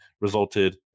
resulted